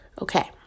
Okay